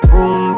Room